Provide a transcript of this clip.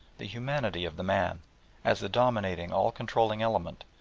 the humanity of the man as the dominating, all-controlling element,